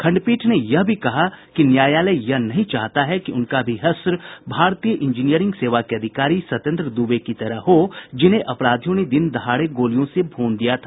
खंडपीठ ने यह भी कहा कि न्यायालय यह नहीं चाहता है कि उनका भी हश्र भारतीय इंजीनियरिंग सेवा के अधिकारी सत्येन्द्र दूबे की तरह हो जिन्हें अपराधियों ने दिनदहाड़े गोलियों से भून दिया था